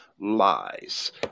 lies